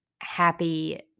happy